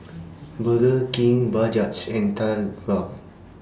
Burger King Bajaj and TheBalm